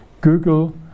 Google